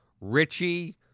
Richie